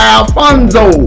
Alfonso